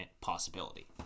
possibility